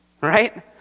Right